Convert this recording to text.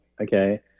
okay